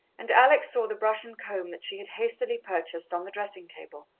and alex saw the brush and comb that she had hastily purchased, on the dressing-table.